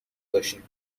باشیم